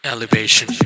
Elevation